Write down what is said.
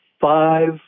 five